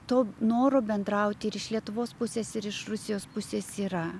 to noro bendrauti ir iš lietuvos pusės ir iš rusijos pusės yra